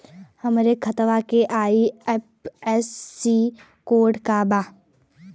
हमरे खतवा के आई.एफ.एस.सी कोड का बा?